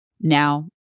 Now